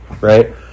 right